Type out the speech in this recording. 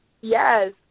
Yes